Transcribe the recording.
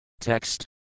Text